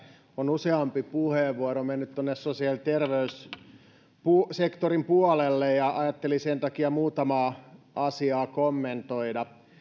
on useampi puheenvuoro mennyt tuonne sosiaali ja terveyssektorin puolelle ja ajattelin sen takia muutamaa asiaa kommentoida